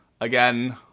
again